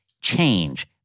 change